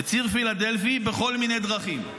בציר פילדלפי בכל מיני דרכים.